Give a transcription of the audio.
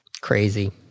Crazy